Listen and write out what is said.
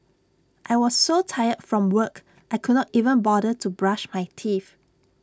I was so tired from work I could not even bother to brush my teeth